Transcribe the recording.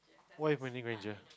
what if Hermoine-Granger